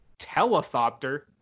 Telethopter